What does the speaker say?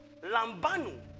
lambano